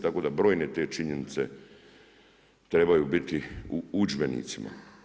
Tako da brojne te činjenice trebaju biti u udžbenicima.